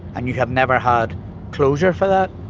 and you have never had closure for that.